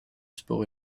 sport